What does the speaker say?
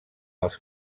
els